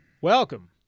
Welcome